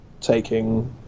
taking